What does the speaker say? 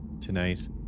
tonight